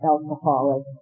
Alcoholic